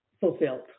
fulfilled